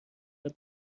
ببر